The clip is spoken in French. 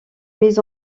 mises